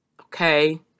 Okay